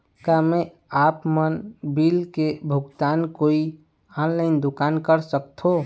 का मैं आपमन बिल के भुगतान कोई ऑनलाइन दुकान कर सकथों?